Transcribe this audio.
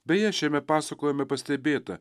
beje šiame pasakojime pastebėta